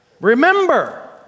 remember